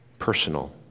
personal